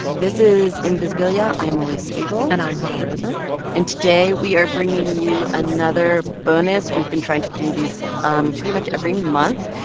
this is invisibilia. i'm alix spiegel and i'm hanna rosin and today we are bringing you another bonus. we've been trying to do these um pretty much every month.